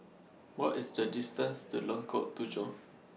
What IS The distance to Lengkok Tujoh